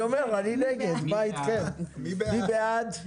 מי בעד?